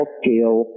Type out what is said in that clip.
scale